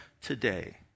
today